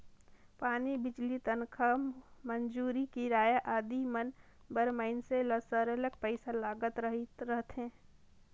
पानी, बिजली, तनखा, मंजूरी, किराया आदि मन बर मइनसे ल सरलग पइसा लागत रहथे